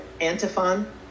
antiphon